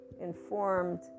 informed